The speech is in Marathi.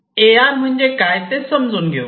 ए आर म्हणजे काय ते समजून घेऊ